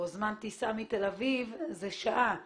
או זמן טיסה מתל אביב הוא שעה,